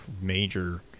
major